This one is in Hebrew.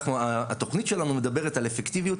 התוכנית שלנו מדברת על אפקטיביות,